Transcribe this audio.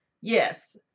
Yes